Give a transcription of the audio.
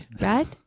right